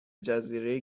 جزیره